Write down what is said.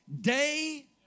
day